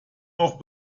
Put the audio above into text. auch